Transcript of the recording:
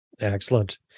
Excellent